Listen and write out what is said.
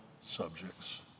subjects